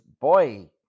boy